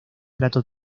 plato